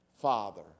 Father